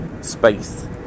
space